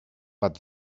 but